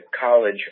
College